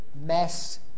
mess